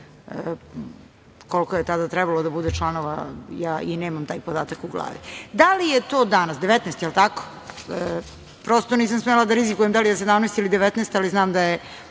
koliko je tada trebalo da bude članova, ja i nemam taj podatak u glavi, 19 jel tako? Prosto, nisam smela da rizikujem da li je 17 ili 19, ali znam da je